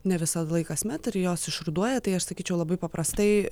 ne visąlaik kasmet ir jos išruduoja tai aš sakyčiau labai paprastai